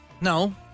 No